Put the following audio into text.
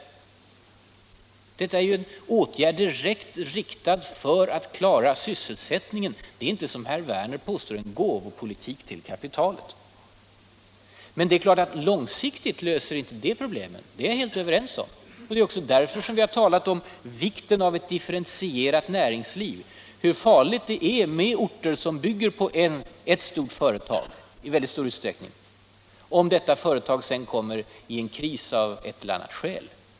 Vi diskuterar ju nu en åtgärd som är direkt riktad för att klara sysselsättningen. Det handlar inte, som herr Werner påstår, om ”gåvopolitik” till kapitalet. Men det är klart att en sådan åtgärd inte löser problemen långsiktigt. Det är vi helt överens om. Jag har ju därför talat om vikten av ett differentierat näringsliv och om hur farligt det är med orter som i stor utsträckning bygger på ett enda stort företag. Ett sådant företag kan ju komma i en kris av ett eller annat skäl.